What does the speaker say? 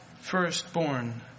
firstborn